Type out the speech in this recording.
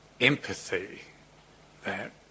Empathy—that